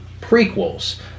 prequels